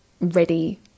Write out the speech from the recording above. ready